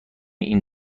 این